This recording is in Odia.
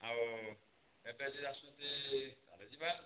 ଆଉ ଏବେ ଯଦି ଆସୁଛନ୍ତି ତାହେଲେ ଯିବା